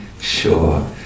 sure